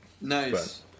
Nice